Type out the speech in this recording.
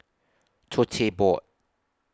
Tote Board